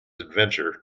adventure